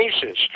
cases